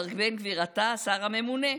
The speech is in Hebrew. מר בן גביר, אתה השר הממונה.